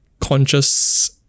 conscious